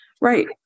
right